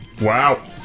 Wow